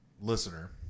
listener